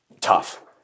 Tough